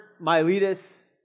Miletus